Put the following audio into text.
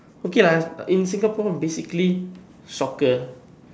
okay lah in Singapore basically soccer